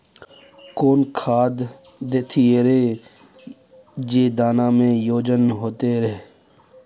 कौन खाद देथियेरे जे दाना में ओजन होते रेह?